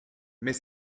mais